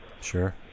Sure